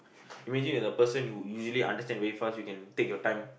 imagine if a person who usually understand very fast you can take your time